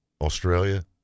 Australia